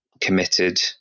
committed